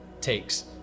takes